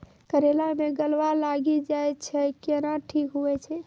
करेला मे गलवा लागी जे छ कैनो ठीक हुई छै?